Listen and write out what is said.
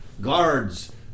guards